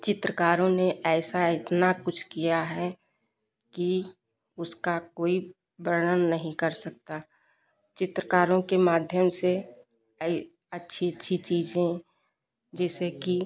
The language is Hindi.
चित्रकारों ने ऐसा इतना कुछ किया है कि उसका कोई वर्णन नहीं कर सकता चित्रकारों के माध्यम से यह अच्छी अच्छी चीज़ें जैसे कि